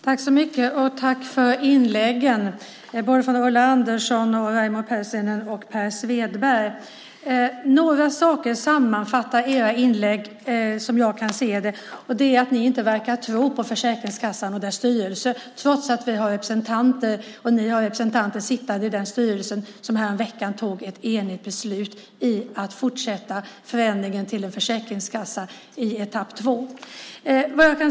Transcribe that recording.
Herr talman! Tack för inläggen från Ulla Andersson, Raimo Pärssinen och Per Svedberg. Det är några saker som sammanfattar era inlägg, som jag kan se det, och det är att ni inte verkar tro på Försäkringskassan och dess styrelse, trots att ni har representanter sittande i styrelsen som häromveckan fattade ett enigt beslut om att fortsätta förändringen av Försäkringskassan i etapp 2.